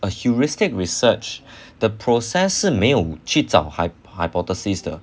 a heuristic research the process 是没有去找 hypo~ hypotheses 的